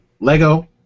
Lego